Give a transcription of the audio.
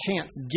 chance